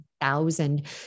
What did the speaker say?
thousand